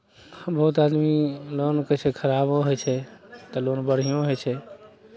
बहुत आदमी लोनकेँ कहै छै खराबो होइ छै तऽ लोन बढ़िओँ होइ छै